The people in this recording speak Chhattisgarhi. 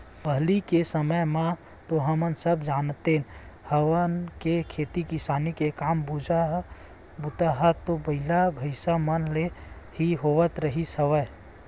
पहिली के समे म तो हमन सब जानते हवन के खेती किसानी के काम बूता ह तो बइला, भइसा मन ले ही होवत रिहिस हवय